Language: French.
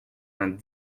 vingt